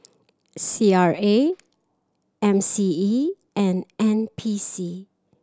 C R A M C E and N P C